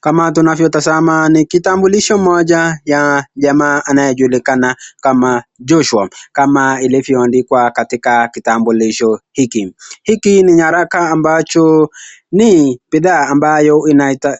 Kama tunavyotazama ni kitambulisho moja ya jamaa anayejulikana kama Joshua kama ilivyoandikwa katika kitambulisho hiki. Hiki ni nyaraka ambacho ni bidhaa ambayo